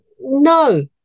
No